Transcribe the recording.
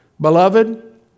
beloved